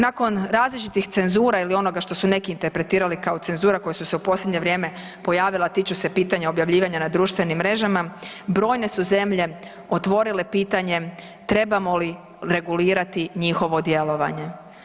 Nakon različitih cenzura ili onoga što su neki interpretirali kao cenzura, koji su se u posljednje vrijeme pojavila, a tiču se pitanja objavljivanja na društvenim mrežama, brojne su zemlje otvorile pitanje trebamo li regulirati njihovo djelovanje.